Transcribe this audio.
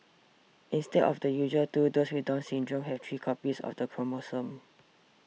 instead of the usual two those with Down Syndrome have three copies of the chromosome